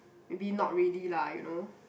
maybe not really lah you know